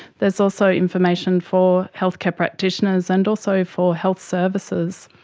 there is also information for healthcare practitioners and also for health services.